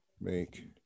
make